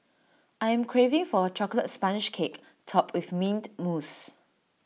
I am craving for A Chocolate Sponge Cake Topped with Mint Mousse